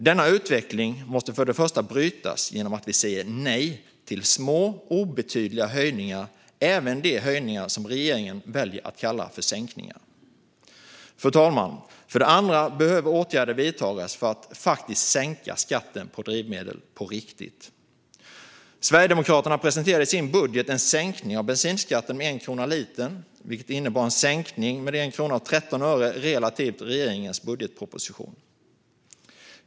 Denna utveckling måste för det första brytas genom att vi säger nej till små och obetydliga höjningar - även de höjningar som regeringen väljer att kalla sänkningar. För det andra, fru talman, behöver åtgärder vidtas för att faktiskt sänka skatten på drivmedel på riktigt. Sverigedemokraterna presenterar i sin budget en sänkning av bensinskatten med 1 krona per liter, vilket innebär en sänkning med 1,13 kronor relativt regeringens budgetproposition.